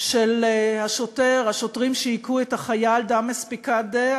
של השוטרים שהכו את החייל דמאס פיקדה,